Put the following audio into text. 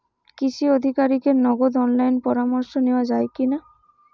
কৃষি আধিকারিকের নগদ অনলাইন পরামর্শ নেওয়া যায় কি না?